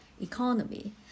economy